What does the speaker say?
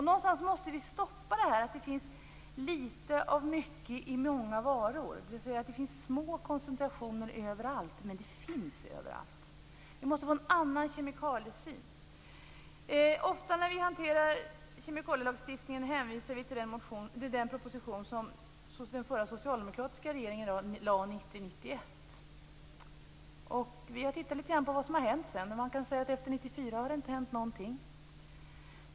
Någonstans måste vi stoppa detta, att det finns litet av mycket i många varor, dvs. att det finns små koncentrationer överallt. Men det finns överallt. Vi måste få en annan kemikaliesyn. Ofta när vi hanterar kemikalielagstiftningen hänvisar vi till den proposition som den förra socialdemokratiska regeringen lade fram 1990/91. Vi har tittat litet grand på vad som har hänt sedan dess. Man kan säga att efter 1994 har det inte hänt någonting.